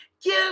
give